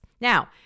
Now